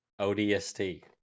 ODST